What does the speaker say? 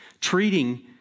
treating